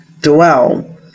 dwell